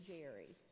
Jerry